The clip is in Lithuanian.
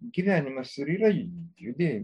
gyvenimas ir yra judėj